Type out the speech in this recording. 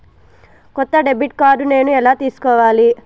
కొత్త debit card నేను ఎలా తీసుకోవాలి?